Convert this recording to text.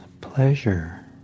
pleasure